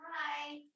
Hi